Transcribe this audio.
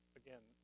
again